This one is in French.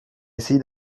essayé